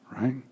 right